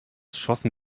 schossen